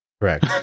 Correct